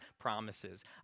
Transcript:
promises